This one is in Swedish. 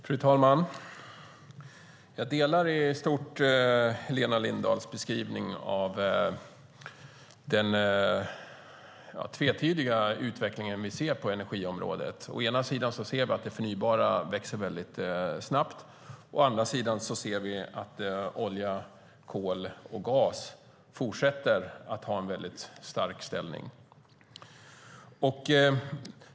Fru talman! Jag delar i stort synen i Helena Lindahls beskrivning av den tvetydiga utveckling vi ser på energiområdet. Å ena sidan ser vi att det förnybara växer snabbt, å andra sidan ser vi att olja, kol och gas fortsätter att ha en stark ställning.